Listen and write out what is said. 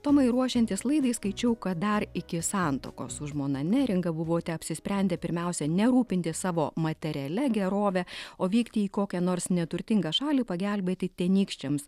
tomai ruošiantis laidai skaičiau kad dar iki santuokos su žmona neringa buvote apsisprendę pirmiausia ne rūpintis savo materialia gerove o vykti į kokią nors neturtingą šalį pagelbėti tenykščiams